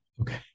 Okay